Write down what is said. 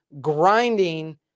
grinding